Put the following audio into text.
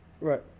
Right